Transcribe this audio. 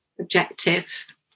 objectives